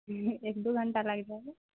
ایک دو گھنٹہ لگ جائے گا